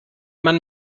man